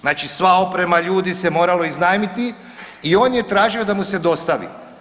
Znači sva oprema, ljudi se moralo iznajmiti i on je tražio da mu se dostavi.